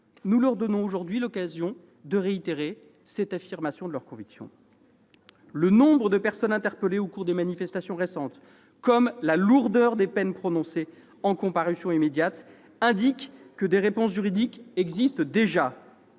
Nous leur donnons aujourd'hui l'occasion de réitérer cette affirmation de leurs convictions. Le nombre de personnes interpellées au cours des manifestations récentes comme la lourdeur des peines prononcées en comparution immédiate indiquent que des réponses juridiques existent déjà.